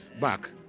back